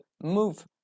move